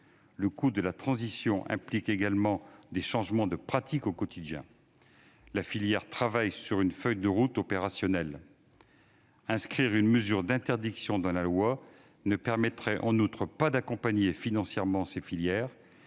Le coût de la transition implique également des changements de pratiques au quotidien. La filière travaille sur une feuille de route opérationnelle. En outre, inscrire une mesure d'interdiction dans la loi ne permettrait pas d'accompagner financièrement les filières,